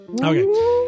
Okay